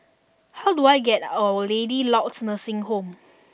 how do I get to Our Lady of Lourdes Nursing Home